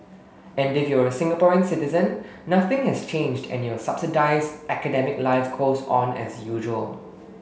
and if you're a Singaporean citizen nothing has changed and your subsidised academic life goes on as usual